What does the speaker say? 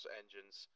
engines